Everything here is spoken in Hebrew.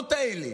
הפתרונות האלה.